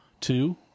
Two